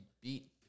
beat